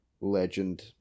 Legend